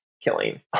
killing